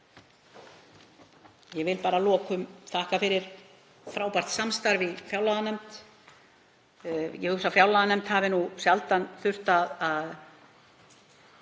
Ég vil að lokum þakka fyrir frábært samstarf í fjárlaganefnd. Ég hugsa að fjárlaganefnd hafi sjaldan þurft að